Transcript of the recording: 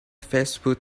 facebook